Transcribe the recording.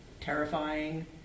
terrifying